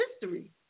history